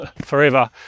forever